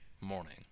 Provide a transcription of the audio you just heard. morning